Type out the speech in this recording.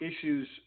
issues